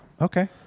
Okay